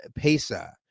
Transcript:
Pesa